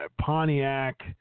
Pontiac